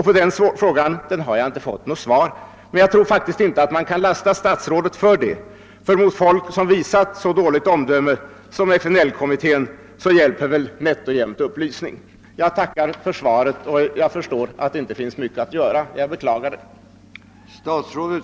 På den frågan har jag inte fått något svar, men jag tror faktiskt inte att man kan lasta statsrådet för det, ty mot folk som visat så dåligt omdöme som FNL-kommittén hjälper väl knappast upplysning. Jag tackar statsrådet för svaret. Jag förstår att det inte finns mycket att göra, och jag beklagar det.